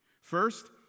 First